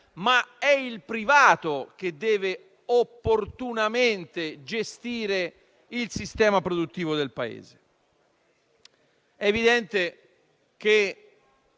ma è il privato che deve opportunamente gestire il sistema produttivo del Paese. Da lì,